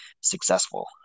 successful